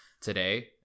today